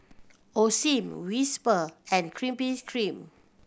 Osim Whisper and Krispy Kreme